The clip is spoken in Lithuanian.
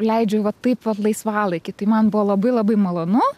leidžiu vat taip vat laisvalaikį tai man buvo labai labai malonu